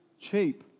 cheap